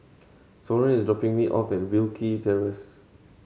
Soren is dropping me off at Wilkie Terrace